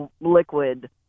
liquid